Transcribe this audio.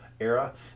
era